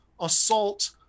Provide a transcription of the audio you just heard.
assault